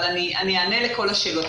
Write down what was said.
אני אענה לכל השאלות.